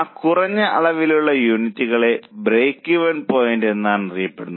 ആ കുറഞ്ഞ അളവിലുള്ള യൂണിറ്റുകൾ ബ്രേക്ക്ഈവൻ പോയിന്റ് എന്നാണ് അറിയപ്പെടുന്നത്